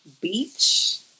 beach